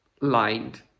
lined